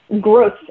growth